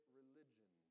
religion